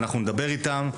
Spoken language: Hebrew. ואנחנו נדבר איתם.